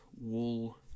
wool